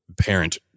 parent